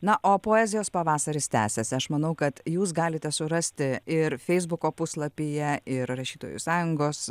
na o poezijos pavasaris tęsiasi aš manau kad jūs galite surasti ir feisbuko puslapyje ir rašytojų sąjungos